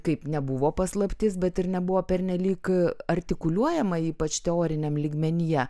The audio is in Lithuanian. kaip nebuvo paslaptis bet ir nebuvo pernelyg artikuliuojama ypač teoriniam lygmenyje